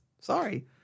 sorry